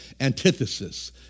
antithesis